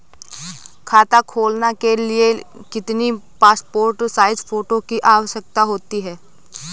खाता खोलना के लिए कितनी पासपोर्ट साइज फोटो की आवश्यकता होती है?